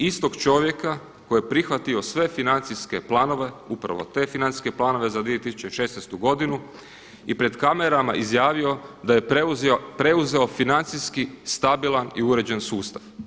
Istog čovjeka koji je prihvatio sve financijske planove, upravo te financijske planove za 2016. godinu i pred kamerama izjavio da je preuzeo financijski stabilan i uređen sustav.